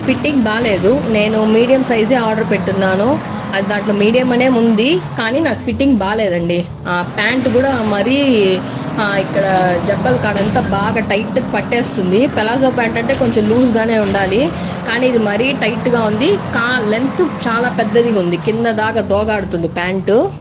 fitting బాగాలేదు నేను medium సైజే ఆర్డర్ పెట్టున్నాను అది దాంట్లో మీడియం అనే ఉంది కానీ నాకు ఫిట్టింగ్ బాగాలేదండి ఆ ప్యాంటు కూడా మరి ఇక్కడ జబ్బలు కాడంత బాగా టైట్గా పట్టేస్తుంది పలాజో ప్యాంటు అంటే కొంచెం లూజ్గానే ఉండాలి కానీ ఇది మరీ టైట్గా ఉంది కా లెంత్ చాలా పెద్దదిగుంది కింద దాకా దోగాడుతుంది ప్యాంటు